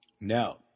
No